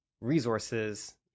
resources